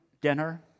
dinner